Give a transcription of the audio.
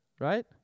Right